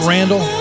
Randall